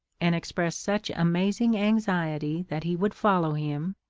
and expressed such amazing anxiety that he would follow him,